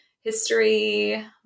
history